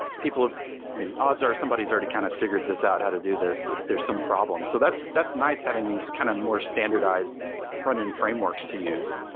mean, odds are somebody's already kind of figured this out, how to do this if there's some problems. so that's that's nice having these kind of more standardized front-end frameworks to use,